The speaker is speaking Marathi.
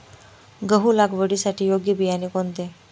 गहू लागवडीसाठी योग्य बियाणे कोणते?